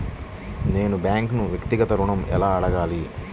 నేను బ్యాంక్ను వ్యక్తిగత ఋణం ఎలా అడగాలి?